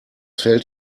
fällt